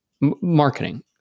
marketing